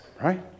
Right